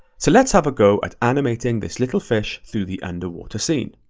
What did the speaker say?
so let's have a go at animating this little fish through the underwater scene.